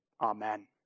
Amen